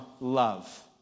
love